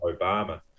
Obama